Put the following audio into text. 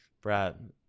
Brad